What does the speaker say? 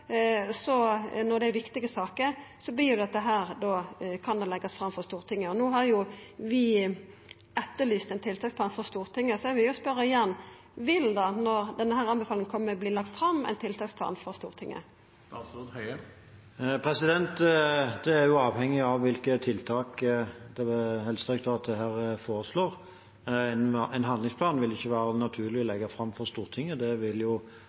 fram for Stortinget. No har vi frå Stortinget etterlyst ein tiltaksplan, så eg vil spørja igjen: Vil det, når denne anbefalinga kjem, verta lagt fram ein tiltaksplan for Stortinget? Det er jo avhengig av hvilke tiltak Helsedirektoratet foreslår. En handlingsplan vil det ikke være naturlig å legge fram for Stortinget – det vil